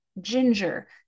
ginger